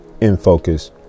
in-focus